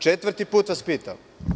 Četvrti put vas pitam.